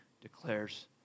declares